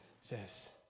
says